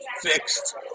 fixed